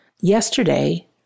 Yesterday